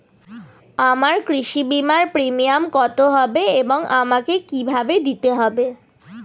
আমার কৃষি বিমার প্রিমিয়াম কত হবে এবং আমাকে কি ভাবে দিতে হবে?